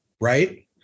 right